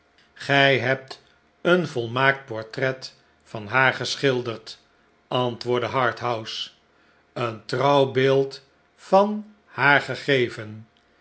gij hebt een volmaakt portret van haar geschilderd antwoordde harthouse een trouw beeld van haar gegeven